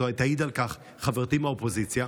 תעיד על כך חברתי מהאופוזיציה.